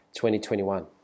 2021